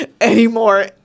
anymore